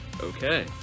Okay